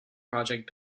project